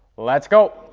let's go!